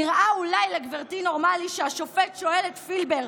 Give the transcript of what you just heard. נראה אולי לגברתי נורמלי שהשופט שואל את פילבר,